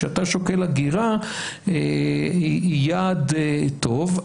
כשאתה שוקל הגירה היא יעד טוב.